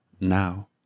now